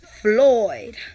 Floyd